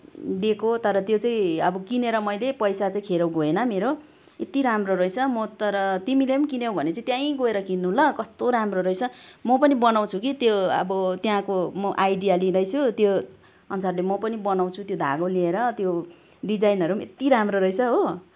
दिएको तर त्यो चाहिँ अब किनेर मैले पैसा चाहिँ खेर गएन मेरो यति राम्रो रहेछ म तर तिमीले पनि किन्यौँ भने चाहिँ त्यहीँ गएर किन्नु ल कस्तो राम्रो रहेछ म पनि बनाउँछु कि त्यो अब त्यहाँको म आइडिया लिँदैछु त्यो अनुसारले म पनि बनाउँछु त्यो धागो लिएर त्यो डिजाइनहेरू पनि यति राम्रो रहेछ हो